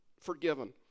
Forgiven